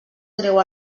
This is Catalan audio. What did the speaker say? treu